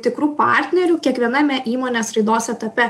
tikru partneriu kiekviename įmonės raidos etape